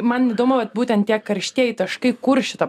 man įdomu vat būtent tie karštieji taškai kur šita